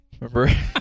Remember